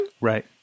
Right